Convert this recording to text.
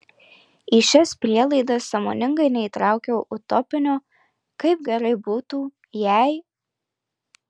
į šias prielaidas sąmoningai neįtraukiau utopinio kaip gerai būtų jei